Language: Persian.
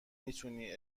میتونی